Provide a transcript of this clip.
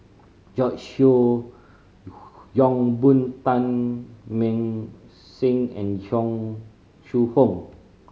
George Yeo Yong Boon Teng Mah Seng and Yong Shu Hoong